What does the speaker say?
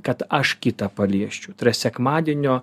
kad aš kitą paliesčiau tai yra sekmadienio